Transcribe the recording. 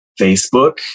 facebook